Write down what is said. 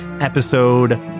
episode